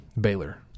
baylor